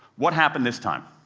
what happened this time?